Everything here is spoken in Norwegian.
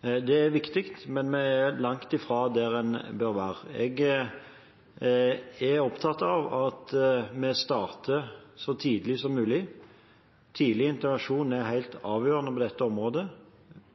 Det er viktig, men vi er langt fra der en bør være. Jeg er opptatt av at vi starter så tidlig som mulig. Tidlig intervensjon er helt avgjørende på dette området.